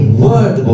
word